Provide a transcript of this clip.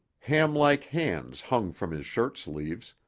hamlike hands hung from his shirt sleeves,